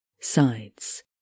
sides